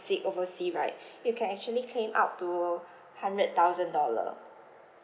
sick oversea right you can actually claim up to hundred thousand dollar